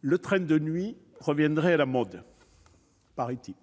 le train de nuit revient à la mode, paraît-il ...